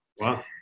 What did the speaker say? Wow